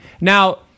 Now